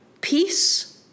peace